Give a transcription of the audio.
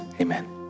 amen